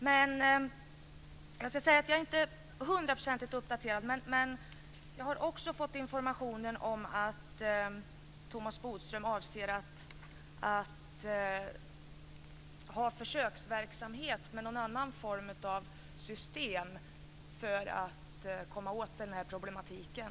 Jag är inte hundraprocentigt uppdaterad, men jag har fått informationen att Thomas Bodström avser att införa försöksverksamhet med någon annan form av system för att komma åt problematiken.